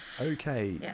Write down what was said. Okay